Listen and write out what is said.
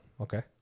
Okay